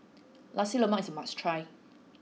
Nasi Lemak is a must try